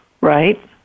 Right